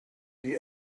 die